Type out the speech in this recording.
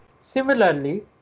Similarly